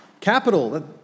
capital